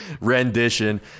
rendition